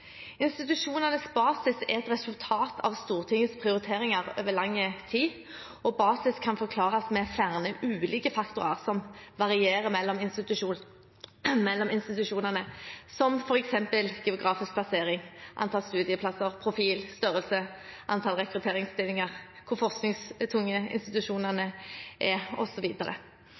Institusjonenes basis er et resultat av Stortingets prioriteringer over lang tid. Basis kan forklares med flere ulike faktorer som varierer mellom institusjonene, som f.eks. geografisk plassering, antall studieplasser, profil, størrelse, antall rekrutteringsstillinger, hvor forskningstunge institusjonene er,